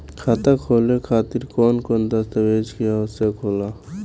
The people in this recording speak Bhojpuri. खाता खोले खातिर कौन कौन दस्तावेज के आवश्यक होला?